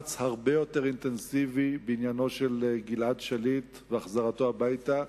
מאמץ הרבה יותר אינטנסיבי בעניין של גלעד שליט והחזרתו הביתה.